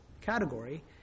category